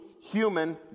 human